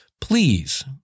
please